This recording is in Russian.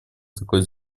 такой